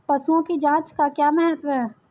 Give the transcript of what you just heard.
पशुओं की जांच का क्या महत्व है?